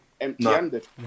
empty-handed